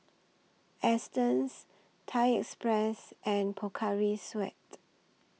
Astons Thai Express and Pocari Sweat